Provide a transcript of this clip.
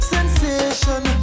Sensation